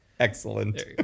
Excellent